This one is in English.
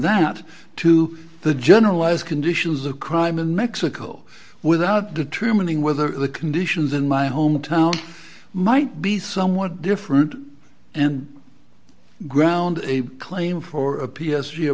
that to the generalized conditions of crime in mexico without determining whether the conditions in my hometown might be somewhat different and ground a claim for a p s g